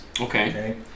Okay